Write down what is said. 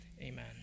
Amen